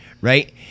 Right